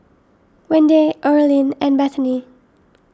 Wende Earline and Bethany